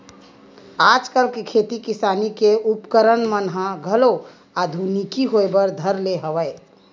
आजकल के खेती किसानी के उपकरन मन ह घलो आधुनिकी होय बर धर ले हवय